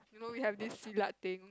you know we have this silat thing